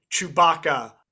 Chewbacca